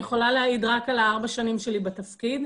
אני יכולה להעיד רק על ארבע השנים שלי בתפקיד.